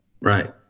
right